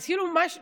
אז כאילו לְמה?